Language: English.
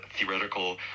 theoretical